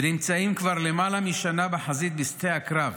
ונמצאים כבר למעלה משנה בחזית, בשדה הקרב,